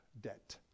debt